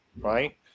right